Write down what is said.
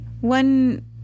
one